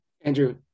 Andrew